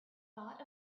thought